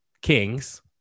kings